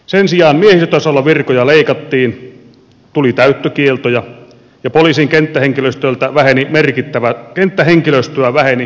sen sijaan miehistötasolla virkoja leikattiin tuli täyttökieltoja ja poliisin kenttähenkilöstöä väheni merkittävästi